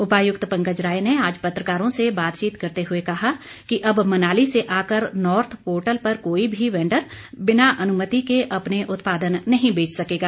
उपायुक्त पंकज राय ने आज पत्रकारों से बातचीत करते हुए कहा कि अब मनाली से आकर नॉर्थ पोर्टल पर कोई भी वेंडर बिना अनुमति के अपने उत्पादन नहीं बेच सकेगा